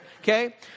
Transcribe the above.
okay